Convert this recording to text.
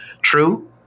True